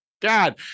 God